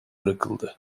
bırakıldı